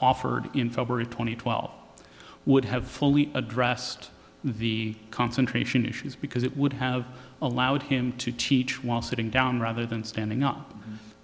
offered in february two thousand and twelve would have fully addressed the concentration issues because it would have allowed him to teach while sitting down rather than standing up